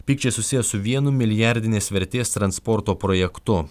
pykčiai susiję su vienu milijardinės vertės transporto projektu